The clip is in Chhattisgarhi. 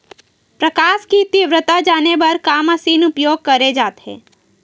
प्रकाश कि तीव्रता जाने बर का मशीन उपयोग करे जाथे?